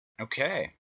Okay